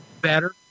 better